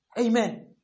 amen